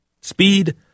speed